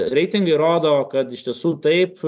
reitingai rodo kad iš tiesų taip